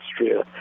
Austria